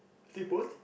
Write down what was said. flip what